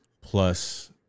plus